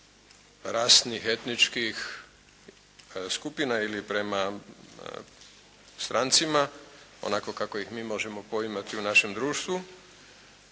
rasnih, etničkih skupina ili prema strancima onako kako ih mi možemo poimati u našem društvu,